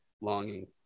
longing